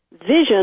vision